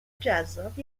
جذاب